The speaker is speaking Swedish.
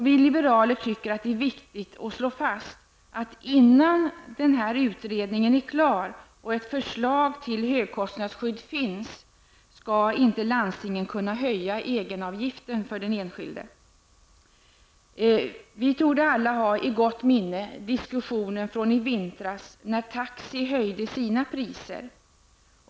Vi liberaler tycker att det är viktigt att slå fast att landstingen inte skall kunna höja egenavgiften för den enskilde innan denna utredning är klar och ett förslag till högkostnadsskydd finns. Vi torde alla ha diskussionen från i vintras i gott minne då taxi höjde sina priser.